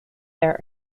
their